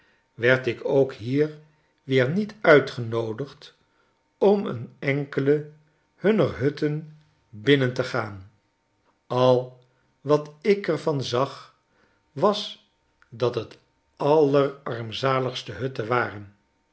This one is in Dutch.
werd ik ook hier weer niet uitgenoodigd om een enkele hunner hutten binnen te gaan al wat ik er van zag was dat het allerarmzaligste hutten waren